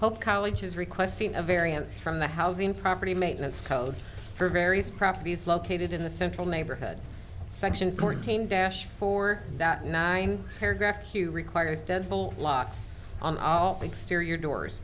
hope college is requesting a variance from the housing property maintenance codes for various properties located in the central neighborhood section fourteen dash for that nine paragraph q requires devil locks on all exterior doors